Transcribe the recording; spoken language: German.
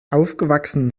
aufgewachsen